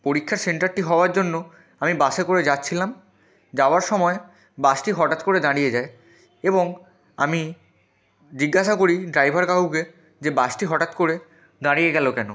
পরীক্ষার সেন্টারটি হওয়ার জন্য আমি বাসে করে যাচ্ছিলাম যাওয়ার সময় বাসটি হঠাৎ করে দাঁড়িয়ে যায় এবং আমি জিজ্ঞাসা করি ড্রাইভার কাকুকে যে বাসটি হঠাৎ করে দাঁড়িয়ে গেলো কেনো